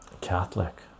Catholic